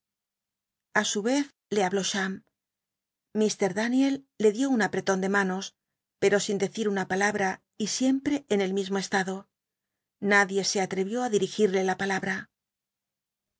a su y ez le habló cham mr daniel le dió un aprelon de manos pero sin decir una palabra y siempte en el mismo estado nadie se atrevi á dirigirle la palabra